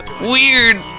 Weird